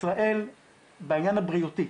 ישראל בעניין הבריאותי.